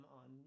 on